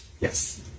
Yes